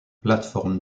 plateforme